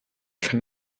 kann